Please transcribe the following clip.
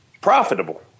profitable